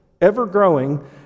ever-growing